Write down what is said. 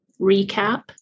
recap